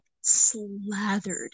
slathered